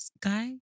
guy